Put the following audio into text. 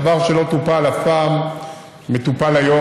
דבר שלא טופל אף פעם מטופל היום,